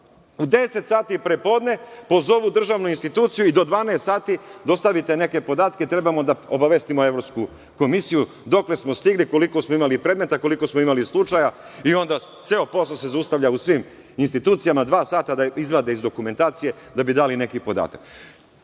U 10,00 časova pre podne, pozovu državnu instituciju i do 12,00 sati dostavite neke podatke trebamo da obavestimo Evropsku komisiju dokle smo stigli, koliko smo imali predmeta, koliko smo imali slučaja, i onda ceo posao se zaustavlja u svim institucijama, dva sata da izvade iz dokumentacije da bi dali neki podatak. Sa